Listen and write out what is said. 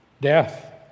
death